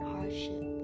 Hardship